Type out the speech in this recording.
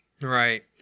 Right